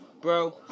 bro